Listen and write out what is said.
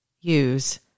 use